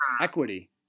equity